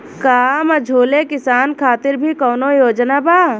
का मझोले किसान खातिर भी कौनो योजना बा?